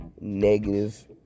negative